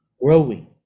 growing